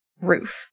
roof